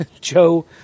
Joe